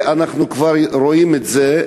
אנחנו כבר רואים את זה.